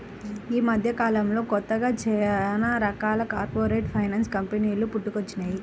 యీ మద్దెకాలంలో కొత్తగా చానా రకాల కార్పొరేట్ ఫైనాన్స్ కంపెనీలు పుట్టుకొచ్చినియ్యి